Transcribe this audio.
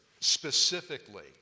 specifically